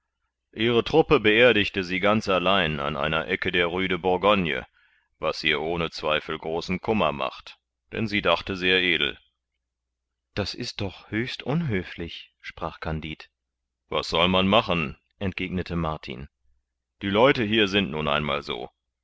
ihre truppe beerdigte sie ganz allein an einer ecke der rue de bourgogne was ihr ohne zweifel großen kummer macht denn sie dachte sehr edel das ist doch höchst unhöflich sprach kandid was soll man machen entgegnete martin die leute sind hier nun einmal so